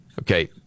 Okay